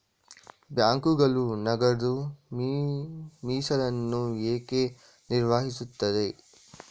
ಬ್ಯಾಂಕುಗಳು ನಗದು ಮೀಸಲನ್ನು ಏಕೆ ನಿರ್ವಹಿಸುತ್ತವೆ?